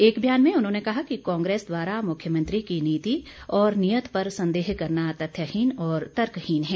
एक बयान में उन्होंने कहा कि कांग्रेस द्वारा मुख्यमंत्री की नीति और नियत पर संदेह करना तथ्यहीन और तर्कहीन है